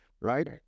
Right